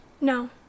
No